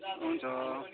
हुन्छ